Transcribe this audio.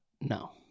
No